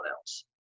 else